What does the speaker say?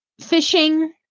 Fishing